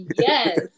Yes